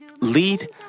lead